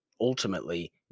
ultimately